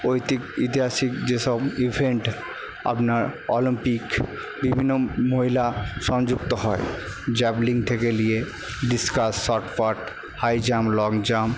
ঐতি ঐতিহাসিক যেসব ইভেন্ট আপনার অলিম্পিক বিভিন্ন মহিলা সংযুক্ত হয় জ্যাভলিং থেকে নিয়ে discus shot put high jump long jump